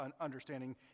understanding